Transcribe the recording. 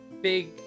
big